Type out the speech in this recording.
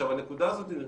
הנקודה הזו היא